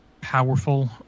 powerful